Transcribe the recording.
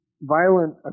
violent